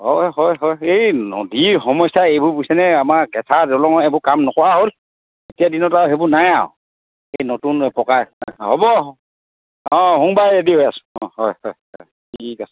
হয় হয় হয় এই নদীৰ সমস্যা এইবোৰ বুজিছেনে আমাৰ কেঁচা দলাঙো এইবোৰ কাম নকৰা হ'ল এতিয়া দিনত আৰু সেইবোৰ নাই আৰু এই নতুন পকা হ'ব অ' সোমবাৰে ৰে'ডি হৈ আছোঁ অ' হয় হয় ঠিক আছে